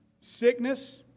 sickness